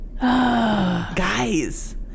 guys